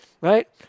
right